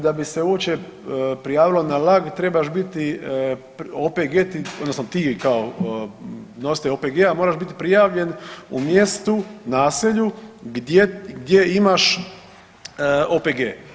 Da bi se uopće prijavilo na LAG trebaš biti, OPG ti odnosno ti kao nositelj OPG moraš biti prijavljen u mjestu, naselju gdje imaš OPG.